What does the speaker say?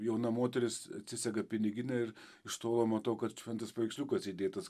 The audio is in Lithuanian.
jauna moteris atsisega piniginę ir iš tolo matau kad šventas paveiksliukas įdėtas